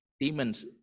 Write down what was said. Demons